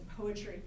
poetry